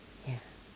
ya